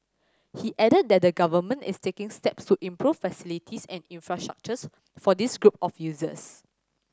he added that the Government is taking steps to improve facilities and infrastructures for this group of users